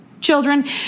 children